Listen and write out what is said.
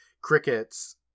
crickets